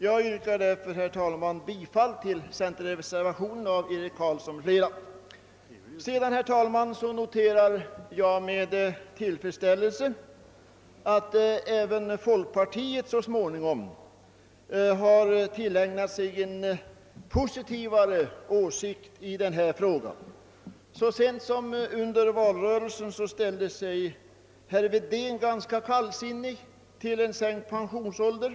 Jag yrkar därför, herr talman, bifall till reservation 1 av centerpartiets ledamöter i utskottet. Sedan, herr talman, noterar jag med tillfredsställelse att även folkpartiets representanter så småningom har tillägnat sig en ganska positiv ståndpunkt i denna fråga. Så sent som under valrörelsen ställde sig herr Wedén tämligen kallsinnig till en sänkt pensionsålder.